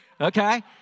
Okay